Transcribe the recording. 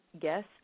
guest